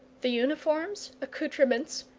the uniforms, accoutrements,